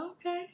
Okay